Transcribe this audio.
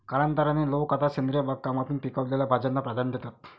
कालांतराने, लोक आता सेंद्रिय बागकामातून पिकवलेल्या भाज्यांना प्राधान्य देतात